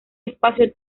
espacio